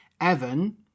Evan